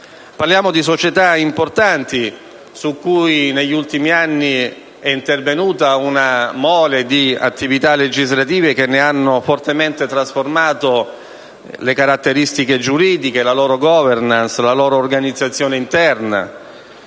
parlando di società importanti, su cui negli ultimi anni è intervenuta una mole di attività legislative, che ne ha fortemente trasformato le caratteristiche giuridiche, la *governance* e l'organizzazione interna.